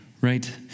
right